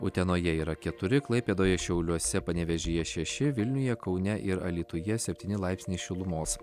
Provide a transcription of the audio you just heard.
utenoje yra keturi klaipėdoje šiauliuose panevėžyje šeši vilniuje kaune ir alytuje septyni laipsniai šilumos